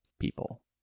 people